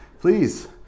please